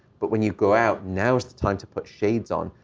but when you go out, now is the time to put shades on,